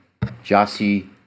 Jassi